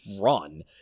run